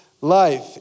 life